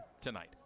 tonight